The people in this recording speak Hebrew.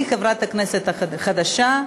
אני חברת כנסת חדשה,